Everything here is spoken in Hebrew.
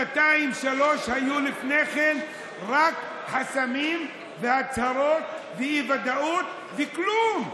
שנתיים שלוש היו לפני כן רק חסמים והצהרות ואי-ודאות וכלום.